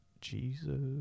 Jesus